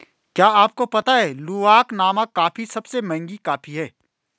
क्या आपको पता है लूवाक नामक कॉफ़ी सबसे महंगी कॉफ़ी है?